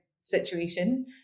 situation